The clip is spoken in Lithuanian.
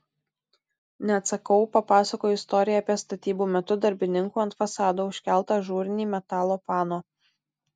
neatsakau papasakoju istoriją apie statybų metu darbininkų ant fasado užkeltą ažūrinį metalo pano